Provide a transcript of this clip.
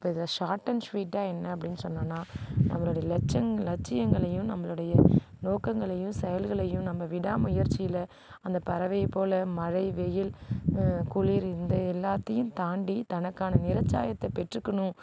இப்போ இதை short and ஸ்வீட்டாக என்ன அப்டின்னு சொன்னோம்னா அவரோடய லட்சியங்களையும் நம்பளுடைய நோக்கங்களையும் செயல்களையும் நம்ப விடாமுயற்சியில் அந்த பறவை போல மழை வெயில் குளிர் இந்த எல்லாத்தையும் தாண்டி தனக்கான நிற சாயத்தை பெற்றுக்கணும்